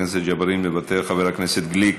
מוותר, חבר הכנסת גליק,